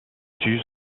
tue